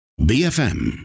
BFM